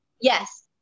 Yes